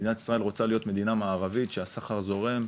מדינת ישראל רוצה להיות מדינה מערבית שהסחר זורם.